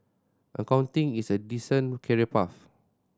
accounting is a decent career path